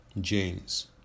James